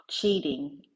Cheating